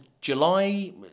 July